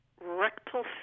Rectal